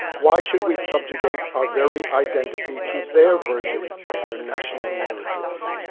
why should we subjugate our very identity to their versions of their national narratives?